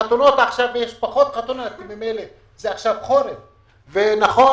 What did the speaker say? עכשיו יש פחות חתונות כי עכשיו חורף ונכון,